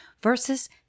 versus